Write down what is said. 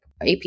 AP